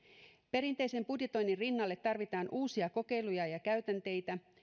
perinteisen budjetoinnin rinnalle tarvitaan uusia kokeiluja ja käytänteitä